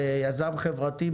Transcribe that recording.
יזם חברתי,